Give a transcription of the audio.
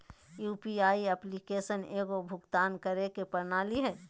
UPI application एगो भुक्तान करे के प्रणाली हइ